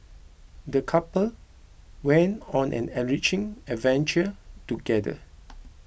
the couple went on an enriching adventure together